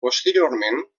posteriorment